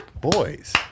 Boys